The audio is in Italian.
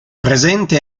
presente